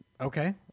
okay